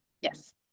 Yes